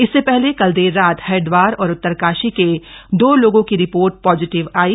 इससे पहले कल देर रात हरिदवार और उतरकाशी के दो लोगों की रिपोर्ट पॉजीटिव आयी